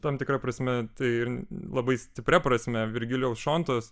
tam tikra prasme tai ir labai stipria prasme virgilijaus šontos